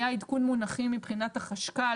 היה עדכון מונחים מבחינת החשק"ל.